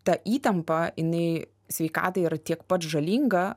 ta įtampa jinai sveikatai yra tiek pat žalinga